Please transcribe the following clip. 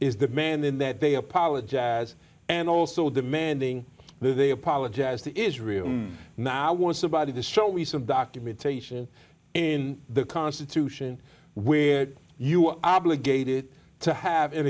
the man in that they apologize and also demanding that they apologize to israel now i want somebody to show me some documentation in the constitution where you are obligated to have